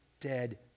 dead